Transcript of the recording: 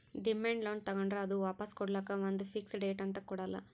demand loan ತಗೋಂಡ್ರ್ ಅದು ವಾಪಾಸ್ ಕೊಡ್ಲಕ್ಕ್ ಒಂದ್ ಫಿಕ್ಸ್ ಡೇಟ್ ಅಂತ್ ಕೊಡಲ್ಲ